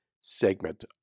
segment